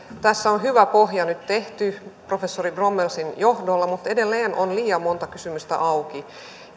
tässä on hyvä pohja nyt tehty professori brommelsin johdolla mutta edelleen on liian monta kysymystä auki